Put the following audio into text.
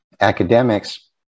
academics